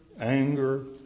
anger